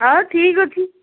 ହଉ ଠିକ୍ ଅଛି